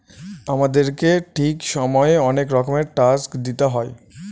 আমাদেরকে ঠিক সময়ে অনেক রকমের ট্যাক্স দিতে হয়